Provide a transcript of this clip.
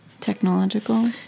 technological